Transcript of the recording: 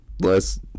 less